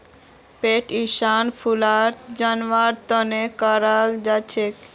पेट insurance फालतू जानवरेर तने कराल जाछेक